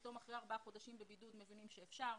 פתאום אחרי ארבעה חודשים בבידוד מבינים שאפשר.